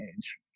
age